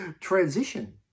transition